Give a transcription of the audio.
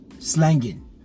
slanging